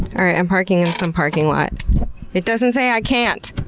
i'm parking in some parking lot it doesn't say i can't.